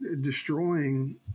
destroying